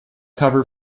cover